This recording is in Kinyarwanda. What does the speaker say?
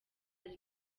ari